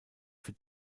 für